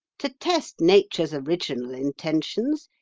to test nature's original intentions,